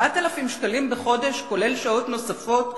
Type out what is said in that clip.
7,000 שקלים בחודש, כולל שעות נוספות.